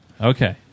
Okay